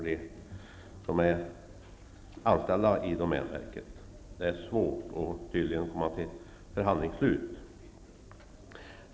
Det är tydligen svårt att föra förhandlingarna till slut.